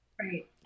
Right